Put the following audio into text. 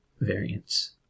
variance